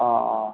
অঁ অঁ